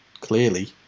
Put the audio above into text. clearly